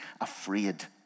afraid